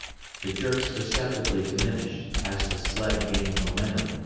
the jerks perceptibly diminished as the sled gained momentum,